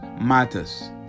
matters